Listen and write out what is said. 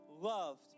loved